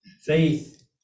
Faith